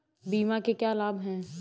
बीमा के क्या लाभ हैं?